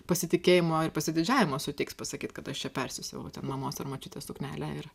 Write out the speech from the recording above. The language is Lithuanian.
pasitikėjimo ir pasididžiavimo suteiks pasakyt kad aš čia persisiuvau ten mamos ar močiutės suknelę ir